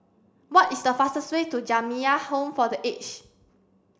what is the fastest way to Jamiyah Home for the Aged